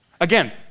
Again